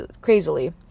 crazily